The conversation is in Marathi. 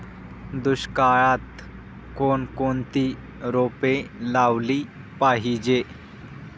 दुष्काळात कोणकोणती रोपे लावली पाहिजे?